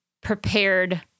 prepared